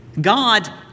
God